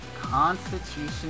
Constitution